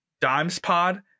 DimesPod